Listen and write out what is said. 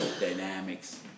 dynamics